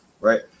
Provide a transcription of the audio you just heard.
Right